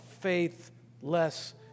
faithless